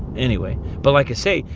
anyway but like i say,